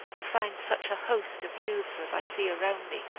to find such a host of youths as i see around me,